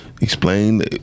explain